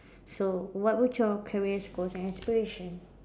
so what would your career goals and aspiration